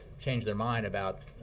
change their mind about